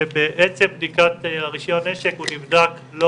כשבעצם לקראת רישיון הנשק הוא נבדק לא